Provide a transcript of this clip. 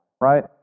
right